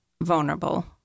vulnerable